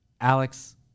Alex